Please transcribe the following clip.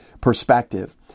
perspective